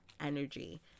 energy